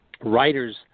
writers